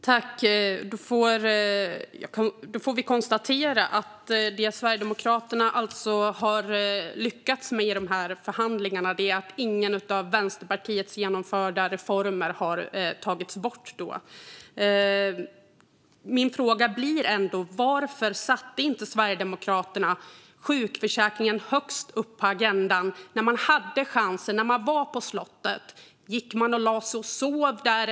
Herr talman! Då får vi konstatera att det Sverigedemokraterna har lyckats med i dessa förhandlingar är att ingen av Vänsterpartiets genomförda reformer har tagits bort. Min fråga blir ändå: Varför satte inte Sverigedemokraterna sjukförsäkringen högst upp på agendan när man hade chansen, när man var på slottet? Gick man och lade sig för att sova?